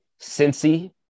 Cincy